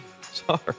Sorry